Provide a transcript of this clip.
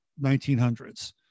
1900s